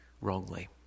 wrongly